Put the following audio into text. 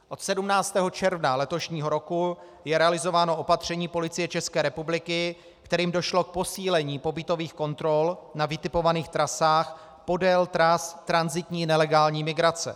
Od 17. června letošního roku je realizováno opatření Policie České republiky, kterým došlo k posílení pobytových kontrol na vytipovaných trasách podél tras tranzitní nelegální migrace.